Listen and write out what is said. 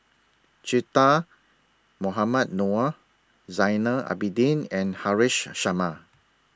Che Dah Mohamed Noor Zainal Abidin and Haresh Sharma